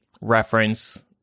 reference